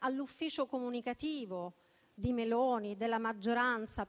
all'ufficio comunicativo di Giorgia Meloni e della maggioranza.